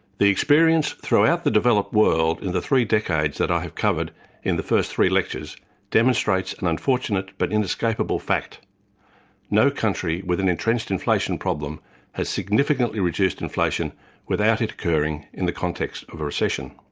the experience throughout the developed world in the three decades that i have covered in the first three lectures demonstrates an unfortunate but inescapable fact no country with an entrenched inflation problem has significantly reduced inflation without it occurring in the context of a recession.